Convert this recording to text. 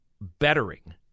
bettering